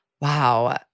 Wow